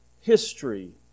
history